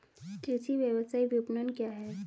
कृषि व्यवसाय विपणन क्या है?